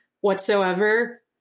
whatsoever